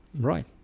Right